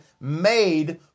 made